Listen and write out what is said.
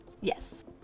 Yes